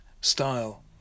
style